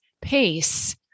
pace